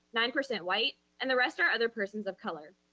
nine percent white, and the rest are other persons of color.